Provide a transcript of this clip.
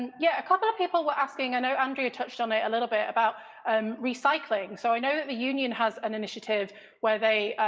yeah, a couple of people were asking, i know andrea touched on it a little bit about um recycling. so i know that the union has an initiative where they,